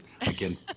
again